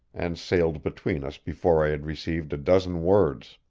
and sailed between us before i had received a dozen words.